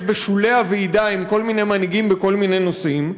בשולי הוועידה עם כל מיני מנהיגים בכל מיני נושאים,